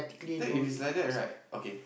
then if it's like that right okay